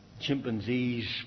chimpanzees